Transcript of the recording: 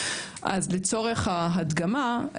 לצורך ההדגמה,